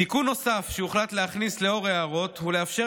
תיקון נוסף שהוחלט להכניס לאור ההערות הוא לאפשר